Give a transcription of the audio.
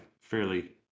fairly